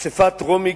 אספת רומי,